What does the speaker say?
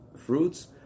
fruits